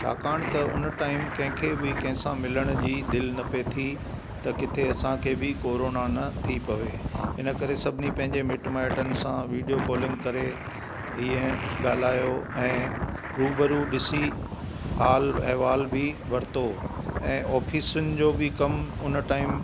छाकाणि त उन टाईम कंहिं खे बि कंहिं सां मिलण जी दिलि न पिए थी त किथे असांखे बि कॉरॉना न थी पवे इनकरे सभिनी पंहिंजे मिटु माइटनि सां वीडीओ कॉलींग करे ईअं ॻाल्हायो ऐं रूबरू ॾिसी हालु अहिवालु बि वरितो ऐं ऑफ़ीसुनि जो बि कमु उन टाईम